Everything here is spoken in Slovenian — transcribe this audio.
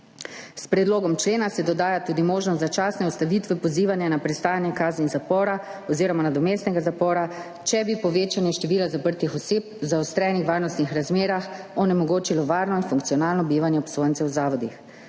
S predlogom člena se dodaja tudi možnost začasne ustavitve pozivanja na prestajanje kazni zapora oziroma nadomestnega zapora, če bi povečanje števila zaprtih oseb v zaostrenih varnostnih razmerah onemogočilo varno in funkcionalno bivanje obsojencev v zavodih.